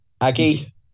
Aggie